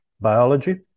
biology